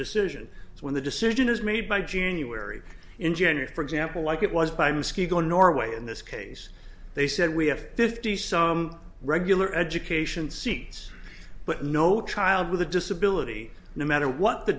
decision so when the decision is made by january in general for example like it was by mosquito in norway in this case they said we have fifty some regular education seats but no child with a disability no matter what the